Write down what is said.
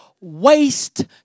waste